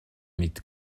mit